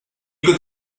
could